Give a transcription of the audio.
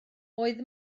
oedd